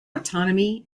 autonomy